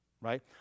right